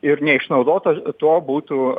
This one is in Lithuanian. ir neišnaudot to tuo būtų